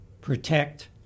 protect